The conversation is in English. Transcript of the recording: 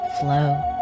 flow